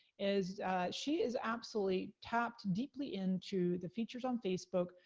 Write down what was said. is she is absolutely tapped deeply into the features on facebook,